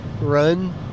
run